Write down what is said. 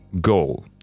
goal